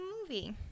movie